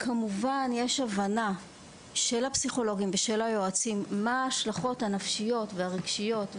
כמובן יש הבנה של הפסיכולוגים ושל היועצים מה ההשלכות הנפשיות והרגשיות.